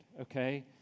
Okay